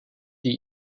die